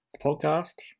Podcast